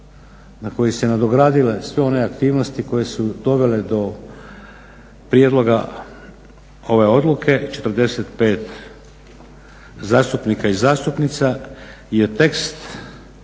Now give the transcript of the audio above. na koji su se nadogradile sve one aktivnosti koje su dovele do prijedloga ove odluke 45 zastupnika i zastupnica je tekst